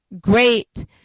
great